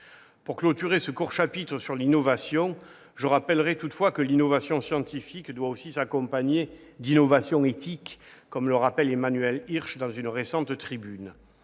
Pour clôturer ce court chapitre sur l'innovation, je rappellerai que l'innovation scientifique doit s'accompagner d'innovation éthique, comme le souligne Emmanuel Hirsch dans une récente tribune.